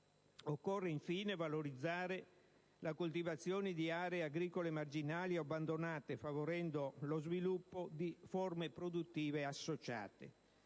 occorre, infine, valorizzare la coltivazione di aree agricole marginali o abbandonate, favorendo lo sviluppo di forme produttive associate.